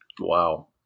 Wow